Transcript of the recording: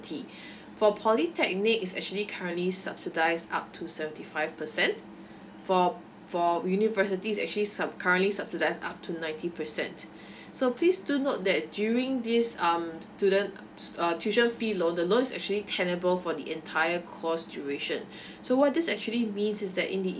for polytechnic is actually currently subsidise up to seventy five percent for for university is actually sub~ currently subsidise up to ninety percent so please do note that during this um student uh tuition fee loan the loan is actually tenable for the entire course duration so what this actually means is that in the